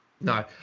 No